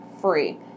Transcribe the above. free